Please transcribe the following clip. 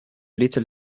little